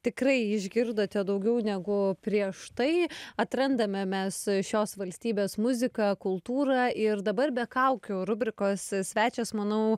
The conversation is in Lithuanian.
tikrai išgirdote daugiau negu prieš tai atrandame mes šios valstybės muziką kultūrą ir dabar be kaukių rubrikos svečias manau